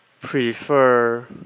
prefer